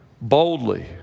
boldly